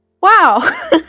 Wow